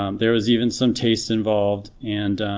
um there was even some taste involved and